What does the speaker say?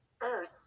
earth